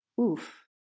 Oof